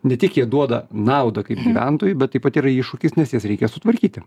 ne tik jie duoda naudą kaip gyventojui bet taip pat yra iššūkis nes jas reikia sutvarkyti